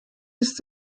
ist